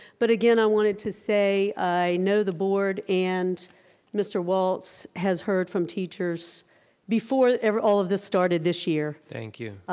but again, i wanted to say i know the board and mr. waltz has heard from teachers before all of this started this year. thank you,